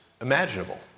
imaginable